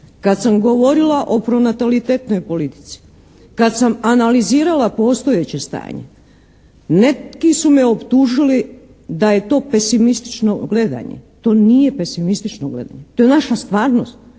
Kad sam govorila o pronatalitetnoj politici, kad sam analizirala postojeće stanje neki su me optužili da je to pesimistično gledanje. To je naša stvarnost, to je naša realnost.